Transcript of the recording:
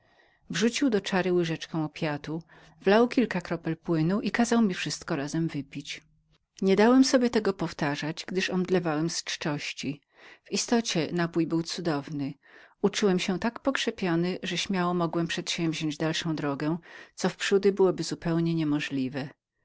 żółtawy wrzucił do czary łyżeczkę opiatu wlał kilka kropel płynu i kazał mi wszystko razem wypić nie dałem sobie tego powtarzać gdyż omdlewałem z czości w istocie napój był cudownym uczułem się tak pokrzepionym że śmiało mogłem przedsięwziąść dalszą drodędrogę co wprzódy byłoby mi zupełnie